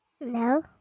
No